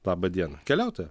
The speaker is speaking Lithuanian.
laba diena keliautoja